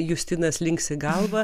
justinas linksi galva